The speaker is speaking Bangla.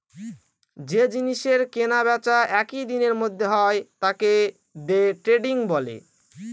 যে জিনিসের কেনা বেচা একই দিনের মধ্যে হয় তাকে দে ট্রেডিং বলে